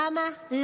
למה?